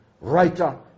writer